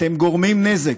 אתם גורמים נזק,